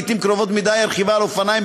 לעתים קרובות מדי הרכיבה על אופניים,